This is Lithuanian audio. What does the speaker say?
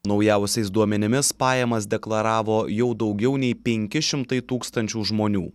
naujausiais duomenimis pajamas deklaravo jau daugiau nei penki šimtai tūkstančių žmonių